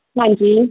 ਹਾਂਜੀ